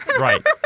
Right